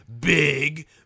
big